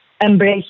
Embrace